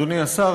אדוני השר,